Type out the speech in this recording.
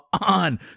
on